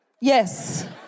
Yes